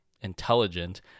intelligent